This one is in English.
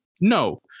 no